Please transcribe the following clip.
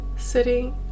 sitting